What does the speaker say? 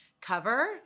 cover